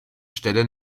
stelle